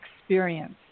experience